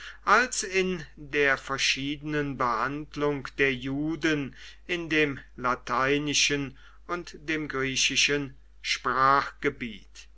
als in der verschiedenen behandlung der juden in dem lateinischen und dem griechischen